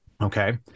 Okay